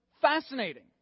fascinating